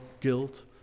guilt